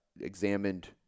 examined